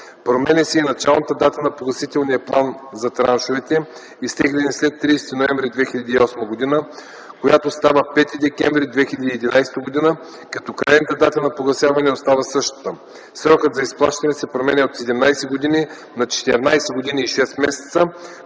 Променя се и началната дата на погасителния план за траншовете, изтеглени след 30 ноември 2008 г., която става 5 декември 2011 г., като крайната дата на погасяване остава същата. Срокът на изплащане се променя от 17 години на 14 години и 6 месеца,